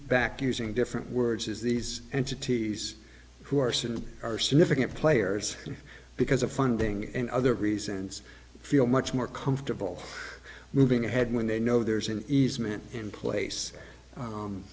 back using different words as these entities who are certain are significant players because of funding and other reasons feel much more comfortable moving ahead when they know there's an easement in place